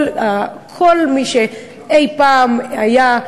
כל מי שאי-פעם היה,